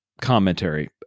commentary